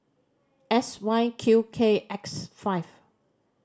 S Y Q K X five